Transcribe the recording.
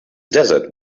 desert